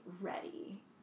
ready